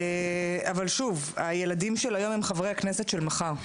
אבל שוב, הילדים של היום, הם חברי הכנסת של מחר.